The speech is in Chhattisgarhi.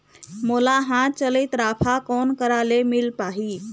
मोला हाथ चलित राफा कोन करा ले मिल पाही?